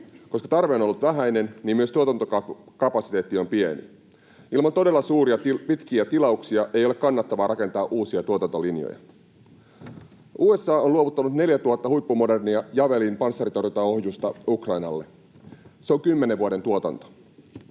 Koska tarve on ollut vähäinen, niin myös tuotantokapasiteetti on pieni. Ilman todella suuria, pitkiä tilauksia ei ole kannattavaa rakentaa uusia tuotantolinjoja. USA on luovuttanut 4 000 huippumodernia Javelin-panssaritorjuntaohjusta Ukrainalle. Se on kymmenen vuoden tuotanto.